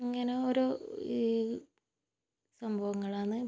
ഇങ്ങനെ ഓരോ സംഭവങ്ങളാണ്